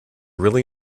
really